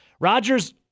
Rodgers